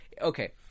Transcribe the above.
Okay